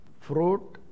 Fruit